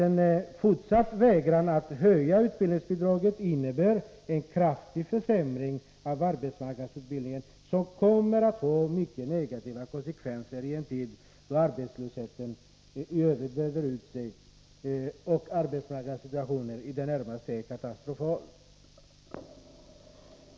En fortsatt vägran att höja utbildningsbidraget leder till en kraftig försämring av arbetsmarknadsutbildningen, något som får mycket negativa konsekvenser i en tid då arbetslösheten i övrigt breder ut sig och arbetsmarknadssituationen i det närmaste är katastrofal.